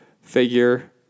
figure